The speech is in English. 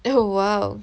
oh !wow!